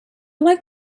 like